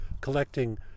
collecting